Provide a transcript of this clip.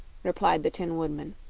replied the tin woodman.